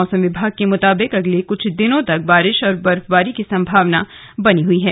मौसम विभाग के मुताबिक अगले कुछ दिनों तक बारिश और बर्फबारी की संभावना बनी हुई है